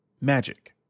Magic